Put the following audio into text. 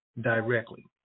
directly